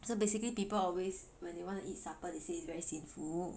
so basically people always when you want to eat supper they say it's very sinful